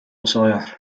sawyer